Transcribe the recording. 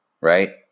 right